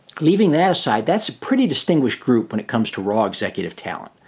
leaving that aside, that's a pretty distinguished group when it comes to raw executive talent.